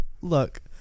Look